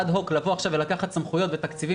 אד הוק לבוא עכשיו ולקחת סמכויות ותקציבים